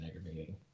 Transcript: aggravating